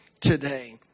today